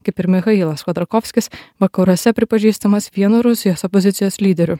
kaip ir michailas chodorkovskis vakaruose pripažįstamas vienu rusijos opozicijos lyderių